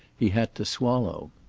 he had to swallow.